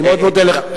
אני מאוד מודה לך.